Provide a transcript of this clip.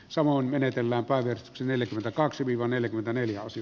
samoin menetellään päivikki neljäkymmentäkaksi viva neljäkymmentäneljä ossi